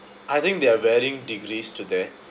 I think there are varying degrees to that